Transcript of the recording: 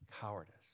cowardice